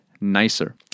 nicer